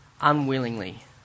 unwillingly